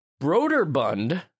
Broderbund